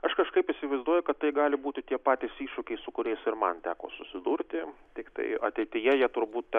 aš kažkaip įsivaizduoju kad tai gali būti tie patys iššūkiai su kuriais ir man teko susidurti tiktai ateityje jie turbūt